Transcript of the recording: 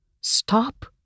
Stop